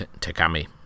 Takami